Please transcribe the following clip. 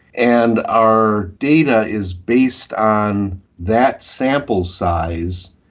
and our data is based on that sample size,